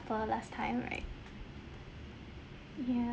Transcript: for last time right ya